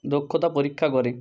দক্ষতা পরীক্ষা করে